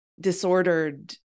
disordered